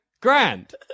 Grand